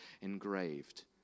engraved